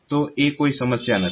તો એ કોઈ સમસ્યા નથી